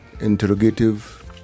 interrogative